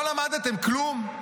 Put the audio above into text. לא למדתם כלום?